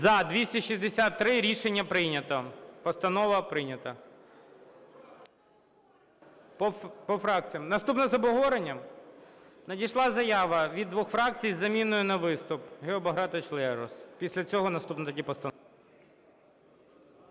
За-263 Рішення прийнято. Постанова прийнята. По фракціях. Наступна з обговоренням? Надійшла заява від двох фракцій з заміною на виступ. Гео Багратович Лерос. Після цього наступна тоді постанова.